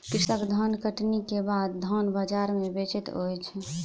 कृषक धानकटनी के बाद धान बजार में बेचैत अछि